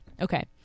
Okay